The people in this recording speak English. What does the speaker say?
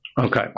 okay